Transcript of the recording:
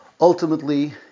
ultimately